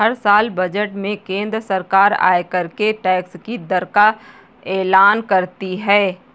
हर साल बजट में केंद्र सरकार आयकर के टैक्स की दर का एलान करती है